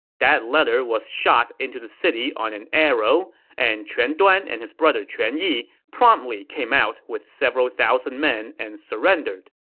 that letter was shot into the city on an arrow, and quan duan and his brother quan yi promptly came out with several thousand men and surrendered